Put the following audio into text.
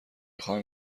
خواهم